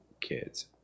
kids